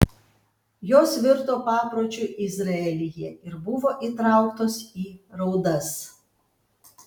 jos virto papročiu izraelyje ir buvo įtrauktos į raudas